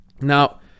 Now